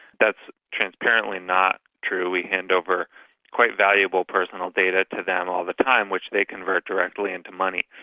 that's transparently not true. we hand over quite valuable personal data to them all the time, which they convert directly into money.